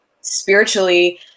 spiritually